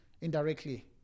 Indirectly